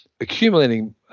accumulating